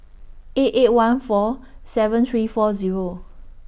eight eight one four seven three four Zero